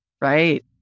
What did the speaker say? Right